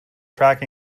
track